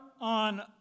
on